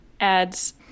adds